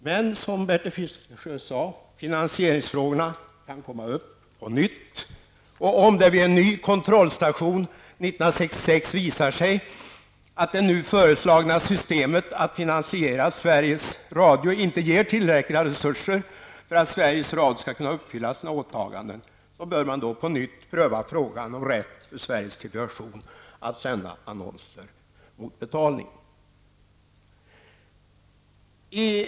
Men som Bertil Fiskesjö sade: Finansieringsfrågorna kan komma upp på nytt, och om det vid en ny kontrollstation 1996 visar sig att det nu föreslagna systemet för att finansiera Sveriges Radio skall kunna uppfylla sina åtaganden, bör man på nytt pröva frågan om rätt för Sveriges Televison att sända annonser mot betalning.